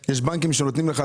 יש לי הצעת חוק שאתה ואני הגשנו,